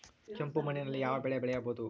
ಕೆಂಪು ಮಣ್ಣಿನಲ್ಲಿ ಯಾವ ಬೆಳೆ ಬೆಳೆಯಬಹುದು?